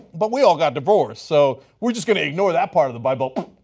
but we all got divorced so we're just going to ignore that part of the bible.